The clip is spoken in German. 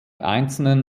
einzelnen